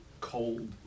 cold